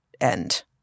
end